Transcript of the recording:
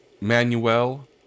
Manuel